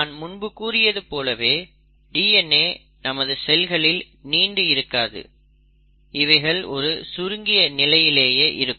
நான் முன்பு கூறியது போலவே DNA நமது செல்களில் நீண்டு இருக்காது இவைகள் ஒரு சுருங்கிய நிலையிலேயே இருக்கும்